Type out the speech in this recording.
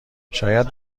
شاید